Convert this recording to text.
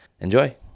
enjoy